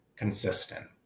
consistent